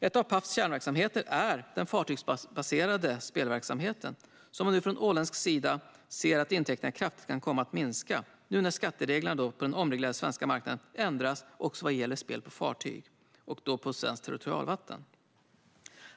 En av Pafs kärnverksamheter är den fartygsbaserade spelverksamheten, där man nu från åländsk sida ser att intäkterna kraftigt kan komma att minska när skattereglerna på den omreglerade svenska marknaden ändras också vad gäller spel på fartyg på svenskt territorialvatten.